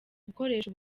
gukoresha